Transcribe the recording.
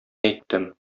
әйттем